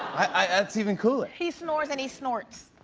that's even cooler. he snores and he snorts.